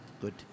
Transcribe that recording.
Good